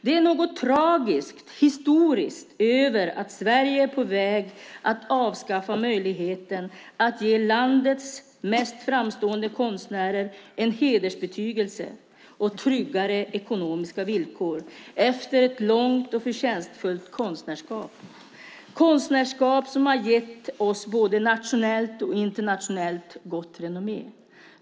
Det är något tragiskt historiskt över att Sverige är på väg att avskaffa möjligheten att ge landets mest framstående konstnärer en hedersbetygelse och tryggare ekonomiska villkor efter ett långt och förtjänstfullt konstnärskap - konstnärskap som har gett oss både nationellt och internationellt gott renommé.